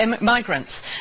migrants